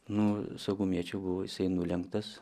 nu saugumiečių buvo jisai nulenktas